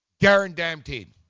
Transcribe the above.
guaranteed